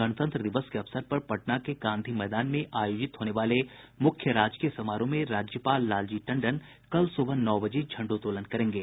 गणतंत्र दिवस के अवसर पर पटना के गांधी मैदान में आयोजित होने वाले मुख्य राजकीय समारोह में राज्यपाल लालजी टंडन कल सुबह नौ बजे झण्डोत्तोलन करेंगे